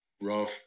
rough